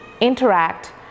interact